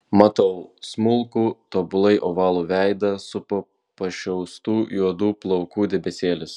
matau smulkų tobulai ovalų veidą supo pašiauštų juodų plaukų debesėlis